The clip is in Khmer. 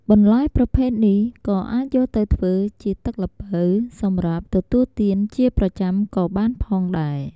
បន្លែប្រភេទនេះក៏អាចយកទៅធ្វើជាទឹកល្ពៅ សម្រាប់ទទួលទានជាប្រចាំក៏បានផងដែរ។